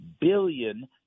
billion